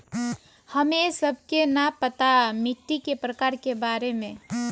हमें सबके न पता मिट्टी के प्रकार के बारे में?